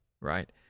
Right